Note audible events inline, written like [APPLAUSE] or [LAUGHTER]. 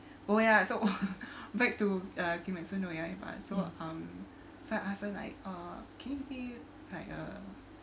oh ya so [LAUGHS] back to ah so um so I asked her like uh can you give like uh